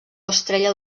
estrella